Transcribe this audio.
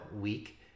week